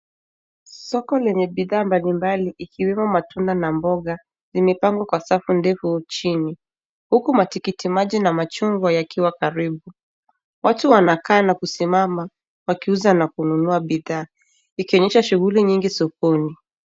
Soko lenye bidhaa mbalimbali ikiwemo matunda na mboga zimipangwa kwa safu ndefu chini. Huku matikitimaji na machungwa ya kiwa karibu. Watu wanakaa na kusimama wakiuza na kununua bidha. Ikionyesha shuguli nyingi sokoni.